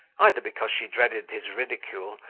either because she dreaded his ridicule,